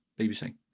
BBC